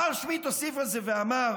קרל שמיט הוסיף על זה, ואמר